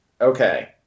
okay